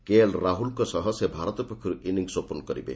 KL ରାହୁଲ୍ଙ୍କ ସହ ସେ ଭାରତ ପକ୍ଷରୁ ଇନିଂସ ଓପନ୍ କରିବେ